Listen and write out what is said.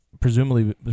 presumably